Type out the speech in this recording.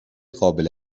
قابل